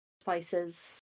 spices